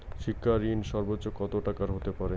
শিক্ষা ঋণ সর্বোচ্চ কত টাকার হতে পারে?